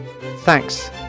Thanks